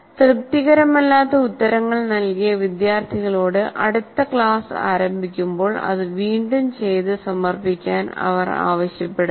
തൃപ്തികരമല്ലാത്ത ഉത്തരങ്ങൾ നൽകിയ വിദ്യാർത്ഥികളോട് അടുത്ത ക്ലാസ് ആരംഭിക്കുമ്പോൾ അത് വീണ്ടും ചെയ്ത് സമർപ്പിക്കാൻ അവൾ ആവശ്യപ്പെടുന്നു